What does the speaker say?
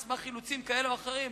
על סמך אילוצים כאלה או אחרים,